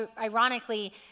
ironically